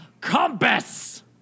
compass